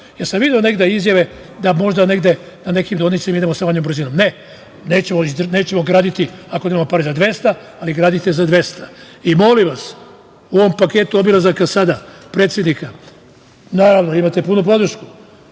sam video negde izjave da možda na nekim deonicama idemo sa manjom brzinom. Ne, nećemo graditi ako nemamo pare za 200, ali gradite za 200.Molim vas, u ovom paketu obilazaka predsednika sada, naravno, imate punu podršku,